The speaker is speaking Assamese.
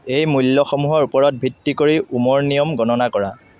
এই মূল্যসমূহৰ ওপৰত ভিত্তি কৰি ওমৰ নিয়ম গণনা কৰা